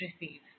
receive